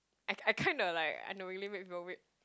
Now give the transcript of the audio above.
I I kind of like unknowingly make people wait